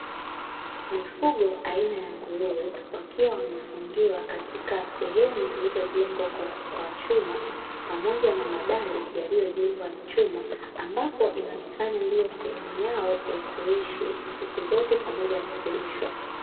Mifugo aina ya nguruwe, wakiwa wamefungiwa katika sehemu zilizojengwa kwa chuma pamoja na madari yaliyojengwa na chuma, ambapo inaonekana ndio sehemu yao ya kuishi siku zote pamoja na kulishwa.